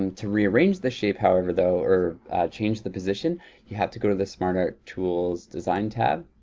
um to rearrange the shape however though, or change the position you have to go to the smart art tools design tab.